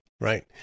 Right